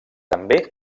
també